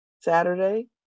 Saturday